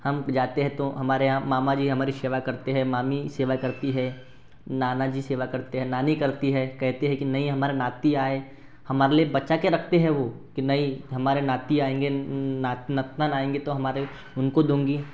हम जाते हैं तो हमारे यहाँ मामा जी हमारी सेवा करते हैं मामी सेवा करती है नानाजी सेवा करते हैं नानी करती है कहती है कि नहीं हमारा नाती आए हमारे लिए बचा के रखती है वो कि नहीं हमारे नाती आएँगे नतनन आएँगे तो हमारे उनको दूँगी